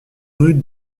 rue